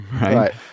Right